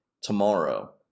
tomorrow